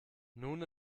nun